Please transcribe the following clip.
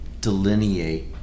delineate